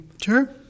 Sure